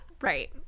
Right